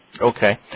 Okay